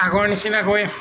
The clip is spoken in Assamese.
আগৰ নিচিনাকৈ